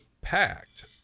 packed